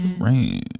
Rain